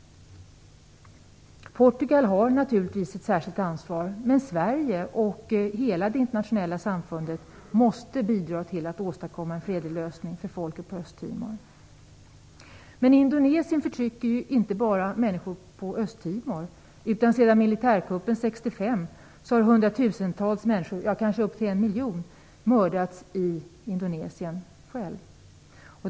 Portugal har naturligtvis ett särskilt ansvar. Men Sverige och hela det internationella samfundet måste bidra till att åstadkomma en fredlig lösning för folket i Östtimor. Men Indonesien förtrycker ju inte bara människor i Östtimor, utan hundratusentals och kanske uppemot en miljon människor i Indonesien har mördats sedan militärkuppen 1965.